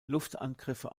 luftangriffe